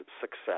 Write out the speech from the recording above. success